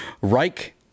Reich